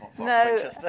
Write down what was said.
No